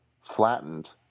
flattened